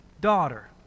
Daughter